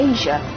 Asia